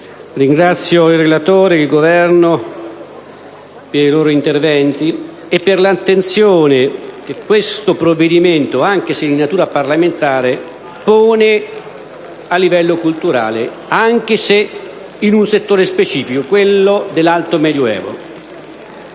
ringrazio il relatore e il Governo per i loro interventi e per l'attenzione che questo provvedimento, anche se di natura parlamentare, pone a livello culturale, anche se in un settore specifico, quello dell'Alto medioevo.